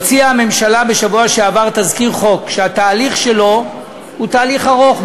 הוציאה הממשלה בשבוע שעבר תזכיר חוק שהתהליך שלו הוא תהליך ארוך,